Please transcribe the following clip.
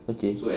okay